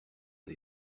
des